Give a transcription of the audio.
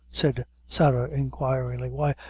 said sarah, inquiringly. why,